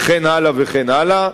וכן הלאה וכן הלאה.